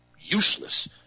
useless